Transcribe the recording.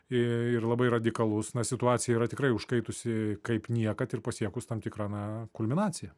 ir labai radikalus na situacija yra tikrai užkaitusi kaip niekad ir pasiekus tam tikrą na kulminaciją